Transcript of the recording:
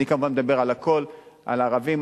אני כמובן מדבר על הכול: על ערבים,